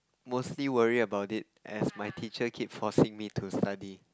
mostly worry about it as my teacher keep forcing me to study